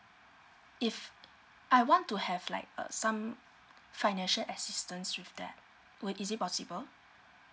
if I want to have like uh some financial assistance with that would is it possible